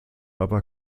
aber